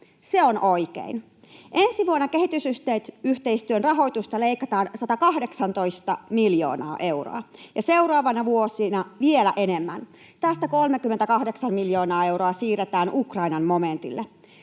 Se on oikein. Ensi vuonna kehitysyhteistyön rahoitusta leikataan 118 miljoonaa euroa ja seuraavina vuosina vielä enemmän. Tästä 38 miljoonaa euroa siirretään Ukrainan momentille.